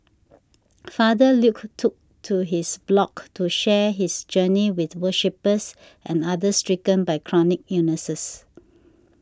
Father Luke took to his blog to share his journey with worshippers and others stricken by chronic illnesses